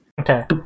Okay